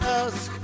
ask